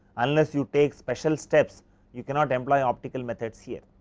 unless you take special steps you cannot employ optical methods here.